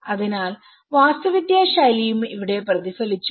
അതിനാൽ വാസ്തുവിദ്യാ ശൈലിയും ഇവിടെ പ്രതിഫലിച്ചു